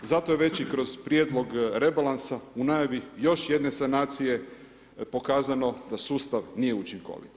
Zato je već i kroz prijedlog rebalansa u najavi još jedne sanacije pokazano da sustav nije učinkovit.